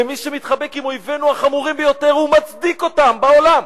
למי שמתחבק עם אויבינו החמורים ביותר ומצדיק אותם בעולם.